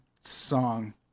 song